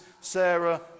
Sarah